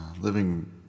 living